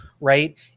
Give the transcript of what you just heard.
right